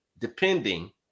depending